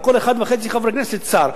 על כל 1.5 חברי כנסת, שר.